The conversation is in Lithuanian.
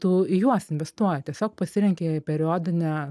tu į juos investuoji tiesiog pasirenki periodinę